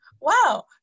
wow